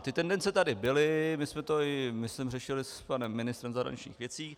Ty tendence tady byly, my jsme to myslím řešili i s panem ministrem zahraničních věcí.